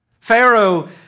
Pharaoh